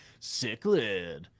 cichlid